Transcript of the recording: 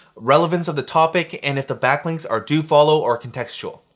relevance of the topic, and if the backlinks are dofollow or contextual.